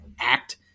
act